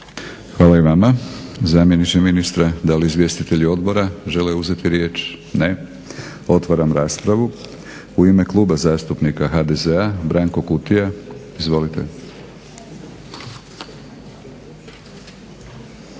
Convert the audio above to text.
Hvala i vama zamjeniče ministra. Da li izvjestitelji odbora žele uzeti riječ? Ne. Otvaram raspravu. U ime Kluba zastupnika HDZ-a Branko Kutija. Izvolite.